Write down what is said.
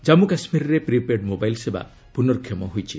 ଜନ୍ମୁ କାଶ୍କୀରରେ prepaid mobile ସେବା ପୁନର୍କ୍ଷମ ହୋଇଛି